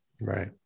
Right